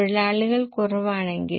തൊഴിലാളികൾ കുറവാണെങ്കിൽ